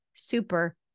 super